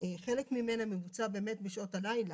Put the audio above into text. חלק ממנה מבוצע באמת בשעות הלילה.